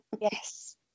Yes